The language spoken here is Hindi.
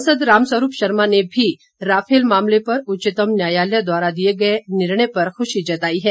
सांसद रामस्वरूप शर्मा ने भी राफेल मामले पर उच्चतम न्यायालय द्वारा दिए गए निर्णय पर खुशी जताई है